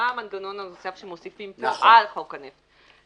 מה המנגנון הנוסף שמוסיפים פה על חוק הנפט.